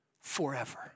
forever